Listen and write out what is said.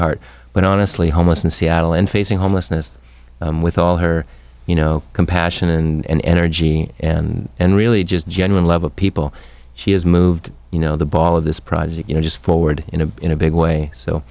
heart but honestly homeless in seattle and facing homelessness with all her you know compassion and energy and really just genuine love of people she has moved you know the ball of this project you know just forward in a in a big way